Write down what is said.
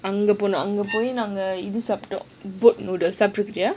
அங்க போனோம் அங்க போய் இது சாபிட்டோம்:anga ponom anga poi ithu saapittom boat noodle சாப்பிட்ருக்கியா:saapitrukiya